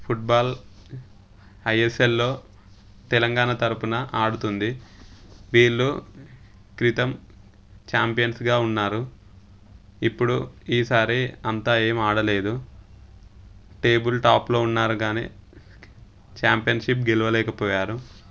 football ఐఎస్ఎల్లో తెలంగాణ తరపున ఆడుతుంది వీళ్ళు క్రితం ఛాంపియన్స్గా ఉన్నారు ఇప్పుడు ఈసారి అంత ఏం ఆడలేదు టేబుల్ టాప్లో ఉన్నారు గానీ ఛాంపియన్షిప్ గెలవలేకపోయారు